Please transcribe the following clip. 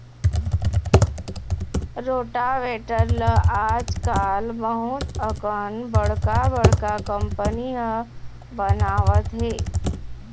rotavator ल आजकाल बहुत अकन बड़का बड़का कंपनी ह बनावत हे